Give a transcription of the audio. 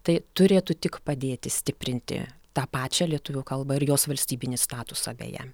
tai turėtų tik padėti stiprinti tą pačią lietuvių kalbą ir jos valstybinį statusą beje